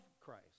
Christ